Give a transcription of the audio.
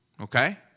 Okay